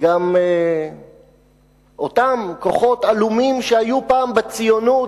וגם אותם כוחות עלומים שהיו פעם בציונות,